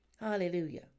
Hallelujah